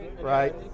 Right